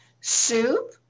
soup